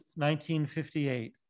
1958